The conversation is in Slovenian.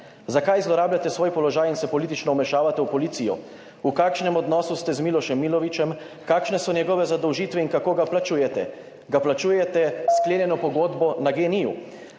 Zakaj zlorabljate svoj položaj in se politično vmešavate v policijo? V kakšnem odnosu ste z Milošem Milovićem? Kakšne so njegove zadolžitve in kako ga plačujete? Ga plačujete s sklenjeno pogodbo na GEN-I?